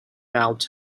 out